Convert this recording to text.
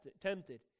tempted